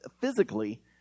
physically